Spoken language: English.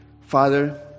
father